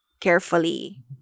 carefully